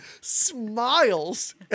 smiles